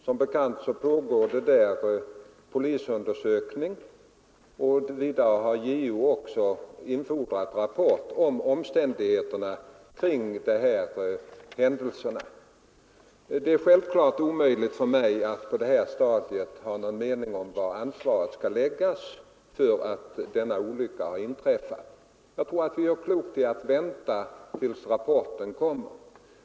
Som bekant pågår det polisundersökning av detta, och vidare har JO infordrat rapport om omständigheterna kring denna händelse. Det är självfallet omöjligt för mig att på detta stadium ha någon mening om var ansvaret skall läggas för att denna olycka har inträffat. Jag tror att vi gör klokt i att vänta tills den nämnda rapporten framlagts.